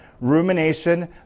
rumination